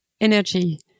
energy